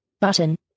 button